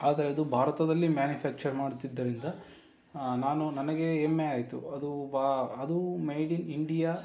ಆದರೆ ಅದು ಭಾರತದಲ್ಲಿ ಮ್ಯಾನುಫ್ಯಾಕ್ಚರ್ ಮಾಡುತ್ತಿದ್ದರಿಂದ ನಾನು ನನಗೆ ಹೆಮ್ಮೆ ಆಯಿತು ಅದು ಬಾ ಅದು ಮೇಡ್ ಇನ್ ಇಂಡಿಯಾ